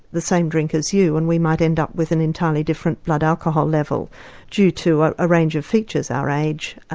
the same drink as you and we might end up with an entirely different blood alcohol level due to a range of features our age,